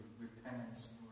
repentance